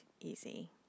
easy